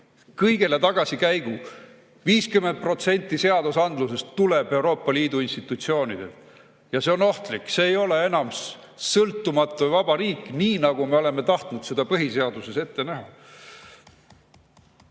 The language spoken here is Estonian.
Kõigele tagasikäigu. 50% seadusandlusest tuleb Euroopa Liidu institutsioonidelt. Ja see on ohtlik. See ei ole enam sõltumatu ja vaba riik, nii nagu me oleme tahtnud seda põhiseaduses ette